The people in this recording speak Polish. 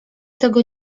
tego